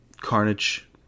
carnage